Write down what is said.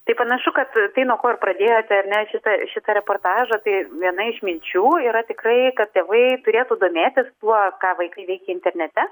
tai panašu kad tai nuo ko ir pradėjote ar ne šitą šitą reportažą tai viena iš minčių yra tikrai kad tėvai turėtų domėtis tuo ką vaikai veikia internete